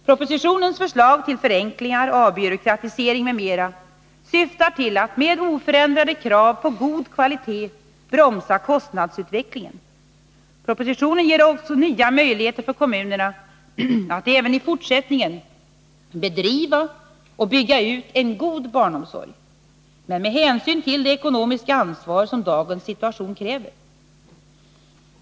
Propositionens förslag till förenklingar, avbyråkratiseringar m.m. syftar till att med oförändrade krav på god kvalitet bromsa kostnadsutvecklingen. Propositionen ger alltså nya möjligheter för kommunerna att även i fortsättningen bedriva och bygga ut en god barnomsorg, men med hänsyn till det ekonomiska ansvar som dagens situation kräver.